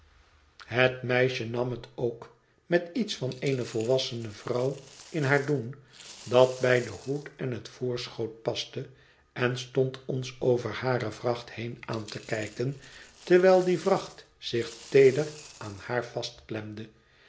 het meisje nam het ook met iets van eene volwassene vrouw in haar doen dat bij den hoed en het voorschoot paste en stond ons over hare vracht heen aan te zien terwijl die vracht zich teeder aan haar